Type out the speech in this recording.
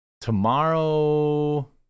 tomorrow